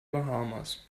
bahamas